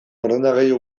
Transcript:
ordenagailu